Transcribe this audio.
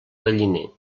galliner